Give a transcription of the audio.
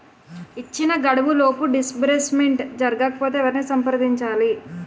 ఇచ్చిన గడువులోపు డిస్బర్స్మెంట్ జరగకపోతే ఎవరిని సంప్రదించాలి?